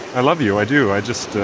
i love you. i do. i just.